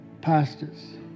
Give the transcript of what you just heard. pastors